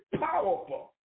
powerful